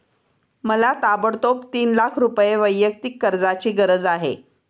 मला ताबडतोब तीन लाख रुपये वैयक्तिक कर्जाची गरज आहे